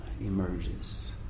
emerges